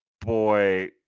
boy